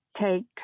take